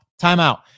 timeout